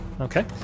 Okay